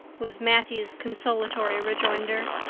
was matthew's consolatory rejoinder.